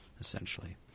essentially